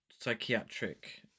psychiatric